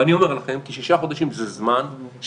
ואני אומר לכם: כי שישה חודשים זה זמן שמחייב